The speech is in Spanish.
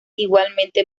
igualmente